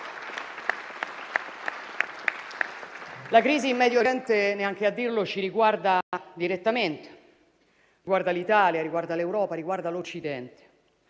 La crisi in Medio Oriente, neanche a dirlo, ci riguarda direttamente. Riguarda l'Italia, riguarda l'Europa, riguarda l'Occidente,